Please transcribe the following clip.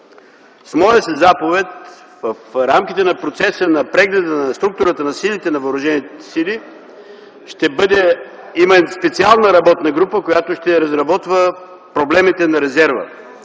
С моя заповед в рамките на процеса на прегледа на структурата на Въоръжените сили е създадена специална работна група, която ще разработва проблемите на резерва,